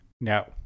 No